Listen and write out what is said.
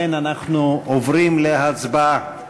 לכן אנחנו עוברים להצבעה.